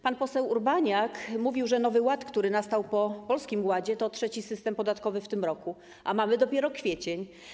Pan poseł Urbaniak mówił, że Nowy Ład, który nastał po Polskim Ładzie, to trzeci system podatkowy w tym roku, a mamy dopiero kwiecień.